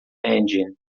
engine